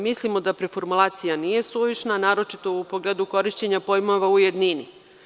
Mislimo da preformulacija nije suvišna, a naročito u pogledu korišćenja pojmova u jednini.